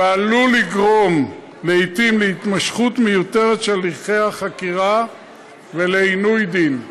ועלול לגרום לעיתים התמשכות מיותרת של הליכי החקירה ועינוי דין.